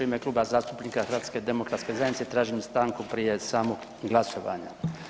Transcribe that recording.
U ime Kluba zastupnika HDZ-a tražim stanku prije samog glasovanja.